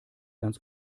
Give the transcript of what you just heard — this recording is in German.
ganz